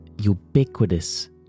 ubiquitous